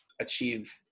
achieve